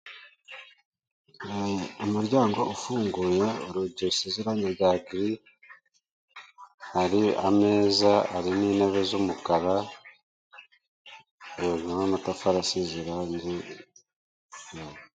Umuryango ufunguye urugi rusize irange rya giri, hari ameza, hari n'intebe z'umukara n'amatafari asize irange.